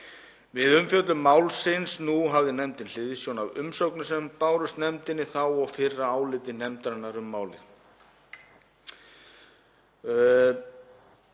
Við umfjöllun málsins nú hafði nefndin hliðsjón af umsögnum sem bárust nefndinni þá og fyrra áliti nefndarinnar um málið.